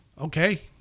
Okay